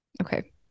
okay